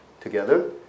together